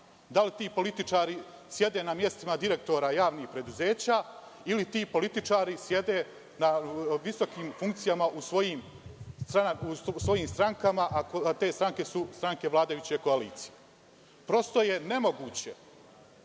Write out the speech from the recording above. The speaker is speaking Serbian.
li ti političari sede na mestima direktora javnih preduzeća ili ti političari sede na visokim funkcijama u svojim strankama, a te stranke su stranke vladajuće koalicije? Prosto je nemoguće